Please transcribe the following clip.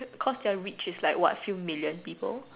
cause they're reach is like what a few million people